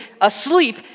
asleep